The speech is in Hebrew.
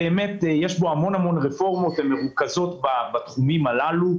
יש בו המון רפורמות, הן מרוכזות בתחומים הללו.